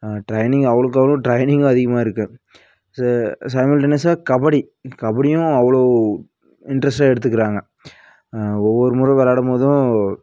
training அவ்ளோவுக்கு அவ்வளோ ட்ரைனிங்கும் அதிகமாயிருக்கு ஸோ சைமல்டேனியஸாக கபடி கபடியும் அவ்வளோ இன்ட்ரஸ்ட்டாக எடுத்துக்கிறாங்க ஒவ்வொரு முறை வெளையாடும் போதும்